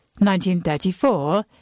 1934